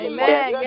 Amen